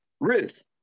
Ruth